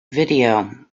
video